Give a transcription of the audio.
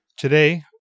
Today